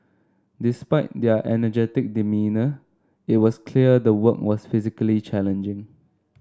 despite their energetic demeanour it was clear the work was physically challenging